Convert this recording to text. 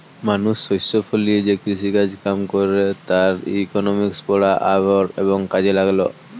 মানুষ শস্য ফলিয়ে যে কৃষিকাজ কাম কইরে তার ইকোনমিক্স পড়া আর এবং কাজে লাগালো